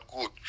good